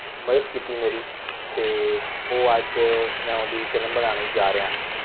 ਮਦਦ ਕੀਤੀ ਮੇਰੀ ਅਤੇ ਉਹ ਅੱਜ ਮੈਂ ਉਹਦੀ ਫਿਲਮ ਬਣਾਉਣ ਜਾ ਰਿਹਾ ਹਾਂ